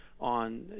on